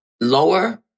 lower